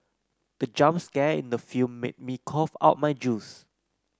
the jump scare in the film made me cough out my juice